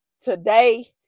today